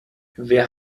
wer